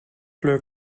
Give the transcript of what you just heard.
kleur